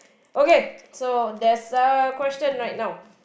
okay so there's a question right now